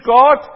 God